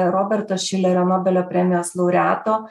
roberto šilerio nobelio premijos laureato